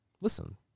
Listen